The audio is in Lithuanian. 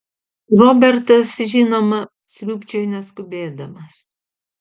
robertas žinoma sriūbčiojo neskubėdamas